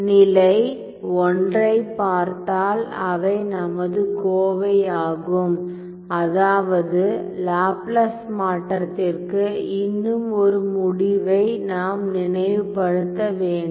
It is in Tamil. நிலை 1 ஐப் பார்த்தால் அவை நமது கோவை ஆகும் அதாவது லாப்லாஸ் மாற்றத்திற்கு இன்னும் ஒரு முடிவை நாம் நினைவுபடுத்த வேண்டும்